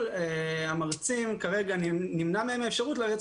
כל המרצים כרגע נמנעת מהם האפשרות בעצם